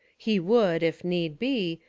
he would, if need be,